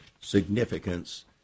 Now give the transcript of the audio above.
significance